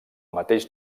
mateix